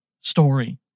story